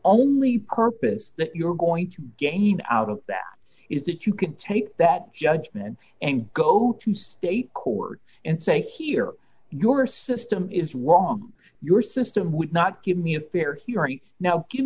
only purpose that you're going to gain out of that is that you can tell you that judgment and go to state court and say here your system is wrong your system would not give me a fair hearing now